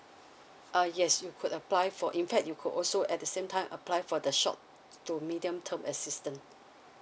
uh yes we could apply for in fact you could also at the same time apply for the short to medium term assistance